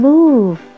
Move